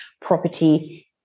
property